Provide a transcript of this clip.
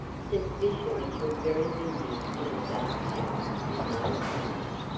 suspicion was very busy in the dark house in those days,